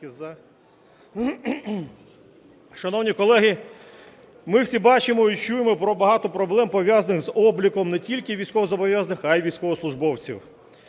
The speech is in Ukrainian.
Шановні колеги, ми всі бачимо і чуємо про багато проблем, пов'язаних з обліком не тільки військовозобов'язаних, а і військовослужбовців.